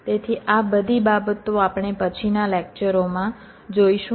તેથી આ બધી બાબતો આપણે પછીના લેક્ચરોમાં જોઈશું